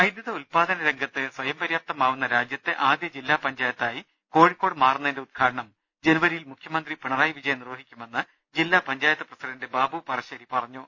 വൈദ്യുത ഉത്പാദനരംഗത്ത് സ്വയംപര്യാപ്തമാവുന്ന രാജ്യത്തെ ആദ്യ ജില്ലാ പഞ്ചായത്തായി കോഴിക്കോട് മാറുന്നതിന്റെ ഉദ്ഘാടനം ജനുവരിയിൽ മുഖ്യമന്ത്രി പിണറായി വിജയൻ നിർവഹിക്കുമെന്ന് ജില്ലാ പഞ്ചായത്ത് പ്രസിഡന്റ് ബാബു പറശ്ശേരി പറഞ്ഞു